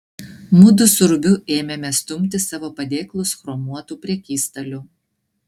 mudu su rubiu ėmėme stumti savo padėklus chromuotu prekystaliu